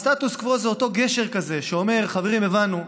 הסטטוס קוו זה אותו גשר שאומר: חברים, הבנו,